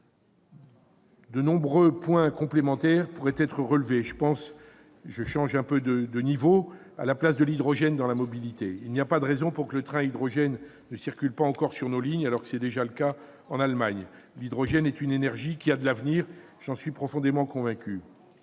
De nombreux points complémentaires pourraient être relevés. Je pense, par exemple, à la place de l'hydrogène dans la mobilité. Il n'y a pas de raison pour que le train à hydrogène ne circule pas encore sur nos lignes, alors qu'il est déjà en service en Allemagne. L'hydrogène est une énergie qui a de l'avenir ; j'en suis profondément convaincu.